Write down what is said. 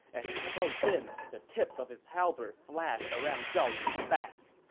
as he closed in, the tip of his halberd flashed around zhao yun's back.